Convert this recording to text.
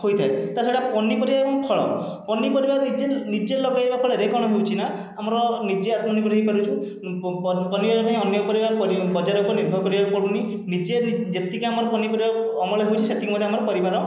ହୋଇଥାଏ ତା'ଛଡ଼ା ପନିପରିବା ଏବଂ ଫଳ ପନିପରିବା ନିଜେ ନିଜେ ଲଗାଇବା ଫଳରେ କ'ଣ ହେଉଛି ନା ଆମର ନିଜେ ଆତ୍ମନିର୍ଭର ହୋଇ ପାରୁଛୁ ପନିପରିବା ପାଇଁ ଅନ୍ୟ ଉପରେ ବା ବଜାର ଉପରେ ନିର୍ଭର କରିବାକୁ ପଡ଼ୁନି ନିଜେ ଯେତିକି ଆମର ପନିପରିବା ଅମଳ ହେଉଛି ସେତିକି ମଧ୍ୟ ଆମର ପରିବାର